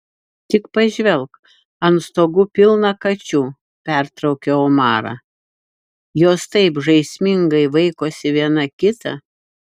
tik pažvelk ant stogų pilna kačių pertraukiau omarą jos taip žaismingai vaikosi viena kitą